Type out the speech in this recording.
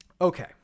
Okay